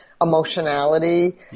emotionality